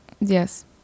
Yes